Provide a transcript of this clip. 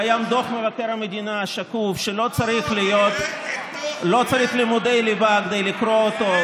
קיים דוח מבקר המדינה שקוף שלא צריך לימודי ליבה כדי לקרוא אותו,